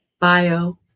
bio